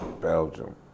Belgium